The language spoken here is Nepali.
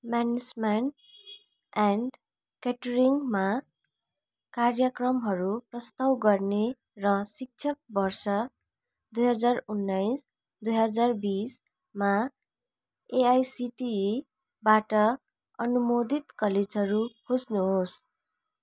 म्यानेजमेन्ट एन्ड क्याटरिङमा कार्यक्रमहरू प्रस्ताव गर्ने र शैक्षिक वर्ष दुई हजार उन्नाइस दुई हजार बिसमा एआइसिटिईबाट अनुमोदित कलेजहरू खोज्नुहोस्